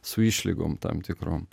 su išlygom tam tikrom